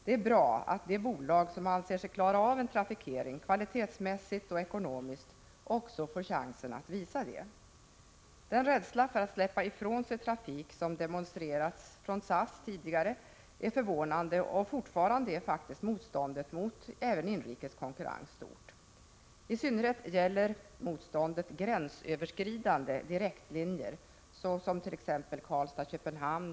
Det är bra att det bolag som anser sig klara av en trafikering, kvalitetsmässigt och ekonomiskt, också får chansen att visa detta. Den rädsla för att släppa ifrån sig trafik som demonstrerats från SAS tidigare är förvånande, och fortfarande är faktiskt motståndet mot även inrikes konkurrens stort. I synnerhet gäller motståndet gränsöverskridande tan-Köpenhamn.